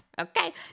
okay